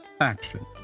action